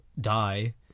die